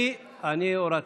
אני הורדתי.